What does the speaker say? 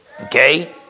Okay